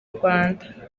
rwanda